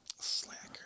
Slacker